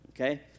okay